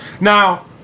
now